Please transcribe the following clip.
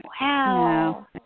Wow